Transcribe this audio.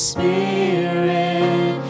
Spirit